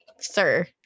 Sir